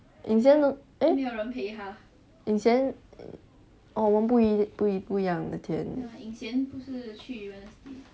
ying xian eh ying xian orh 我们不一不一样的天